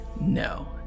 No